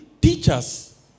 Teachers